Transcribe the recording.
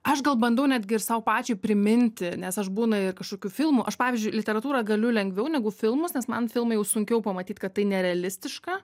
aš gal bandau netgi ir sau pačiai priminti nes aš būna ir kažkokių filmų aš pavyzdžiui literatūrą galiu lengviau negu filmus nes man filmai jau sunkiau pamatyt kad tai nerealistiška